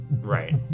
Right